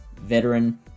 veteran